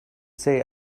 say